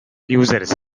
users